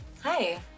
Hi